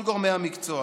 כל גורמי המקצוע